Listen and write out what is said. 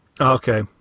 Okay